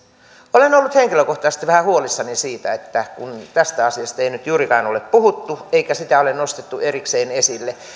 olen ollut henkilökohtaisesti vähän huolissani siitä että tästä asiasta ei nyt juurikaan ole puhuttu eikä sitä ole nostettu erikseen esille